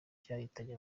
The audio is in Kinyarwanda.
cyahitanye